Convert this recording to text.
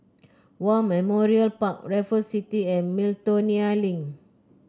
War Memorial Park Raffles City and Miltonia Link